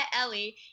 Ellie